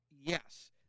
yes